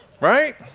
Right